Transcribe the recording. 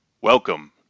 Welcome